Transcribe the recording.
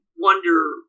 wonder